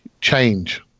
change